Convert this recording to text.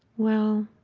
well,